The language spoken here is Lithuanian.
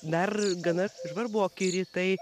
dar gana žvarboki rytai